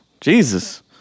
Jesus